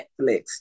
Netflix